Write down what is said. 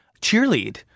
cheerlead